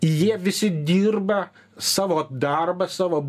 jie visi dirba savo darbą savo